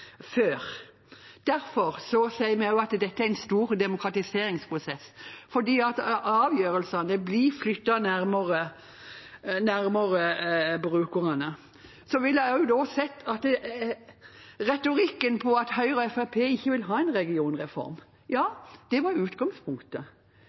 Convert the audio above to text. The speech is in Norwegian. før. Derfor sier vi også at dette er en stor demokratiseringsprosess, fordi avgjørelsene blir flyttet nærmere brukerne. Vi har også hørt retorikken om at Høyre og Fremskrittspartiet ikke vil ha en regionreform. Ja,